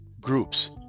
groups